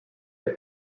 der